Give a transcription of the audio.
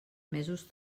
mesos